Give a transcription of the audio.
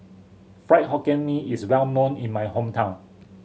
Fried Hokkien Mee is well known in my hometown